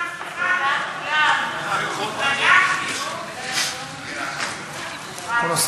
את הצעת חוק לתיקון פקודת מס הכנסה (פטור ממס למקבלי קצבת ילד נכה),